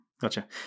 gotcha